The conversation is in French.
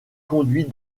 conduit